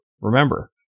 Remember